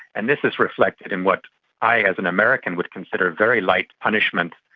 and this is reflected in what i as an american would consider very light punishment,